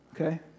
okay